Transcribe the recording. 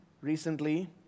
recently